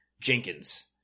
Jenkins